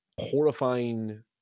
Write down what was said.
horrifying